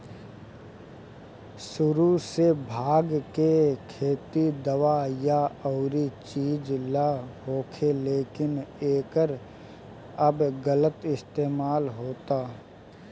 सुरु से भाँग के खेती दावा या अउरी चीज ला होखे, लेकिन एकर अब गलत इस्तेमाल होता